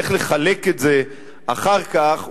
איך לחלק את זה אחר כך,